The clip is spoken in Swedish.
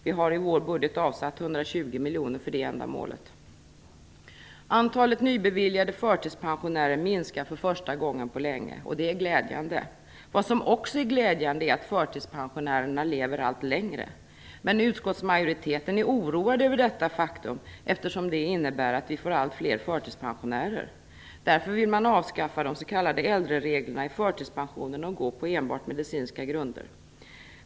Vi har i vår budget avsatt 120 miljoner för det ändamålet. Antalet nybeviljade förtidspensioner minskar för första gången på länge, och det är glädjande. Vad som också är glädjande är att förtidspensionärerna lever allt längre. Men utskottsmajoriteten är oroad över detta faktum, eftersom det innebär att vi får allt fler förtidspensionärer. Därför vill man avskaffa de s.k. äldrereglerna i förtidspensionen och gå enbart på medicinska grunder.